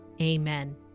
Amen